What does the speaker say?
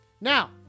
Now